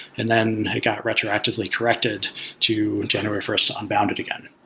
and then it got retroactively corrected to january first unbounded again.